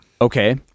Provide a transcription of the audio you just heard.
Okay